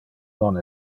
non